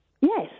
Yes